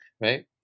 right